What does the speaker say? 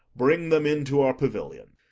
bring them in to our pavilion.